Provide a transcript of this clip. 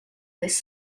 this